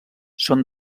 són